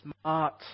smart